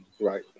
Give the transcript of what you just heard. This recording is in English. Right